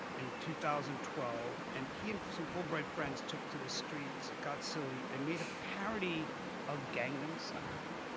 in two thousand twelve, and he and some fulbright friends took to the streets, got silly, and made a parody of gangnam style,